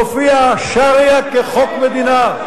מופיע השריעה כחוק מדינה.